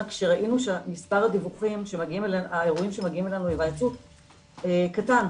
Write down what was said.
כשראינו שמספר האירועים שמגיעים אלינו להיוועצות קטן.